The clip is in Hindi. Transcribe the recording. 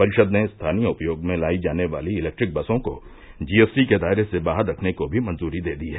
परिषद ने स्थानीय उपयोग में लाई जाने वाली इलेक्ट्रिक बसों को जीएसटी के दायरे से बाहर रखने को भी मंजूरी दे दी है